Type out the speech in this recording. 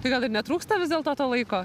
tai gal ir netrūksta vis dėlto to laiko